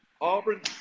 Auburn